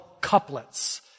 couplets